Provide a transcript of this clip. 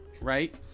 right